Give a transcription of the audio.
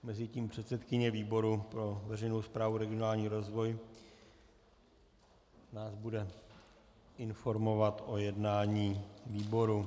Mezitím nás předsedkyně výboru pro veřejnou správu a regionální rozvoj bude informovat o jednání výboru...